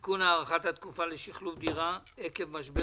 (תיקון - הארכת התקופה לשחלוף דירה עקב משבר